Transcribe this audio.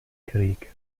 krieg